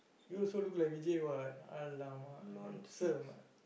you also look like Vijay what !alamak! handsome ah